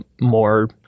more